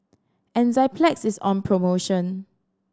enzyplex is on promotion